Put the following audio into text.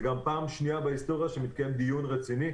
גם הפעם השנייה בהיסטוריה שמתקיים דיון רציני,